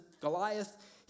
Goliath